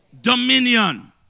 Dominion